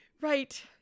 Right